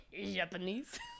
Japanese